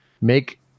make